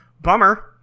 bummer